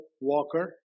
walker